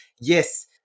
yes